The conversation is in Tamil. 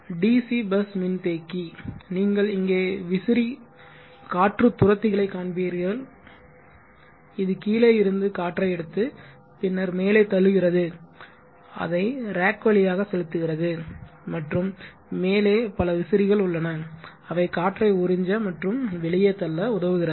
DC பஸ் மின்தேக்கி நீங்கள் இங்கே விசிறி காற்றுத் துருத்திகளை காண்பீர்கள் இது கீழே இருந்து காற்றை எடுத்து பின்னர் மேலே தள்ளுகிறது அதை ரேக் வழியாக செலுத்துகிறது மற்றும் மேலே பல விசிறிகள் உள்ளன அவை காற்றை உறிஞ்ச மற்றும் வெளியே தள்ள உதவுகிறது